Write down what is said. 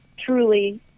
truly